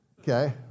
okay